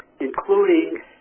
including